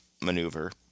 maneuver